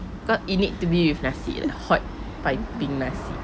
because it need to be with nasi lah hot piping nasi